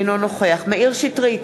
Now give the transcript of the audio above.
אינו נוכח מאיר שטרית,